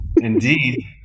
indeed